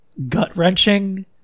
gut-wrenching